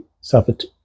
suffered